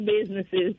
businesses